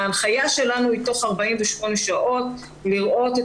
ההנחיה שלנו היא תוך 48 שעות לראות את